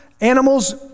Animals